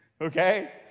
okay